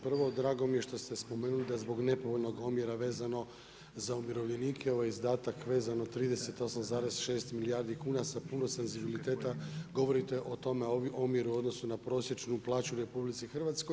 Prvo, drago mi je što ste spomenuli da zbog nepovoljnog omjera vezano za umirovljenike ovaj izdatak vezano 38,6 milijardi kuna sa puno senzibiliteta govorite o tom omjeru u odnosu na prosječnu plaću u RH.